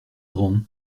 grands